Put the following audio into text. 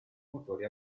motori